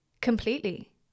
Completely